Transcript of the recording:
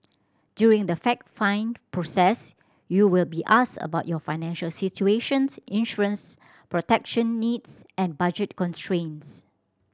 during the fact find process you will be asked about your financial situations insurances protection needs and budget constraints